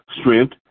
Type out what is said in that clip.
strength